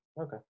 Okay